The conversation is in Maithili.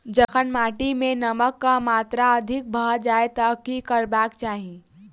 जखन माटि मे नमक कऽ मात्रा अधिक भऽ जाय तऽ की करबाक चाहि?